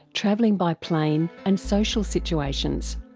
travelling by plane and social situations.